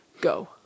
Go